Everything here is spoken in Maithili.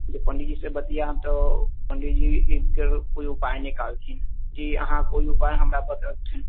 जे पण्डीजी से बतियैब तऽ पण्डिजी एकर कोइ उपाय निकालथिन जी अहाँ कोइ उपाय हमरा बतेबथिन